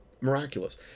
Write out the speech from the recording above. miraculous